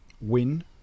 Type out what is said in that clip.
win